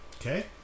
Okay